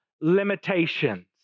limitations